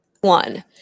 One